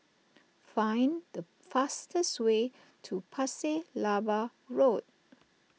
find the fastest way to Pasir Laba Road